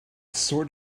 sort